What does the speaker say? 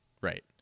right